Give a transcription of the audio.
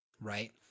right